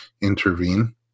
intervene